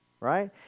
right